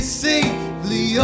safely